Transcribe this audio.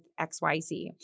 XYZ